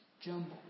jumble